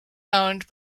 owned